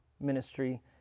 ministry